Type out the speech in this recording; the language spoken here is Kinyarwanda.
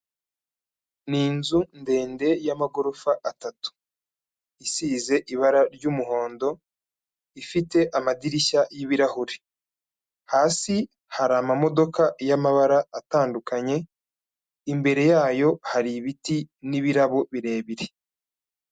Ni inzu ndende y'amagorofa atatu isize ibara ry'umuhondo ifite amadirishya y'ibirahure, hasi hari amamodoka y'amabara atandukanye imbere yayo hari ibiti n'ibirabo birebire.